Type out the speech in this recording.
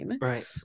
right